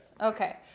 Okay